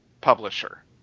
publisher